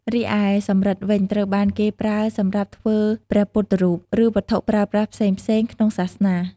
រីឯសំរឹទ្ធិវិញ ត្រូវបានគេប្រើសម្រាប់ធ្វើព្រះពុទ្ធរូប និងវត្ថុប្រើប្រាស់ផ្សេងៗក្នុងសាសនា។